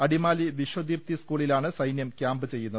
അടിമാലി വിശ്വദീപ്തി സ്കൂളി ലാണ് സൈന്യം ക്യാമ്പ് ചെയ്യുന്നത്